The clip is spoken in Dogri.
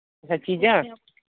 अच्छा चीजां